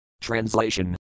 Translation